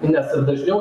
nes dažniau